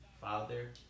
father